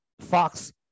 Fox